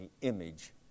image